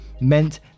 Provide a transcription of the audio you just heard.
meant